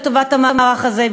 לטובת המערך הזה,